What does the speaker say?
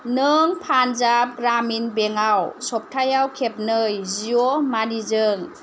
नों पान्जाब ग्रामिन बेंकाव सप्तायाव खेबनै जिअ मानिजों